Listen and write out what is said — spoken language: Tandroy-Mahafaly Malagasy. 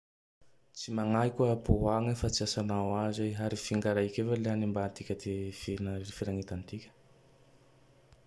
Tsy magnahy koah apoho agny io fa tsy iasanao azy io. Harifinga raike io va le hanimbatika ty fira firegnetantika.